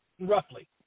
roughly